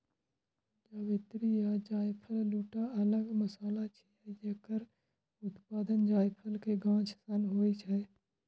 जावित्री आ जायफल, दूटा अलग मसाला छियै, जकर उत्पादन जायफल के गाछ सं होइ छै